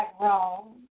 wrong